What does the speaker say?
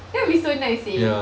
that would be so nice seh